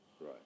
Right